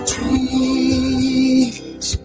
Dreams